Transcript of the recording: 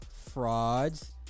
frauds